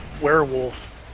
werewolf